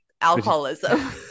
alcoholism